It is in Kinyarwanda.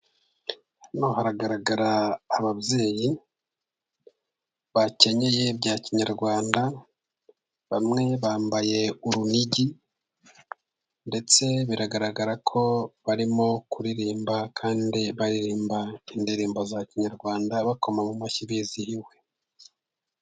Hano haragaragara ababyeyi bakenyeye ibya kinyarwanda, bamwe bambaye urunigi, ndetse biragaragara ko barimo kuririmba kandi baririmba indirimbo za kinyarwanda, bakoma mu mashyi bizihiwe.